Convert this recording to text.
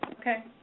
Okay